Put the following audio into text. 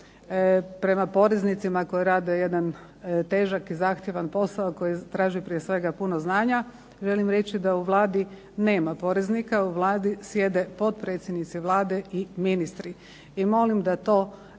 prema poreznicima koji rade jedan težak i zahtjevan posao, koji traži prije svega puno znanja, želim reći da u Vladi nema poreznika, u Vladi sjede potpredsjednici Vlade i ministri. I molim da to